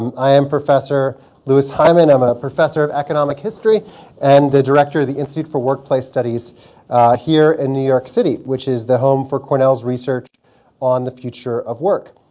um i am professor louis hyman. i'm a professor of economic history and the director of the institute for workplace studies here in new york city, which is the home for cornell's research on the future of work.